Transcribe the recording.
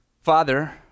Father